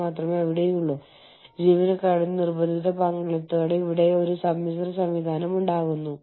നിങ്ങൾ പൊരുത്തപ്പെടുന്ന നിങ്ങൾ കാര്യങ്ങൾ ചെയ്യുന്ന വഴിയിലൂടെ നിങ്ങൾ ഇത് സുഗമമാക്കുന്നു